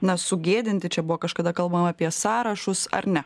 na sugėdinti čia buvo kažkada kalbama apie sąrašus ar ne